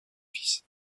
fils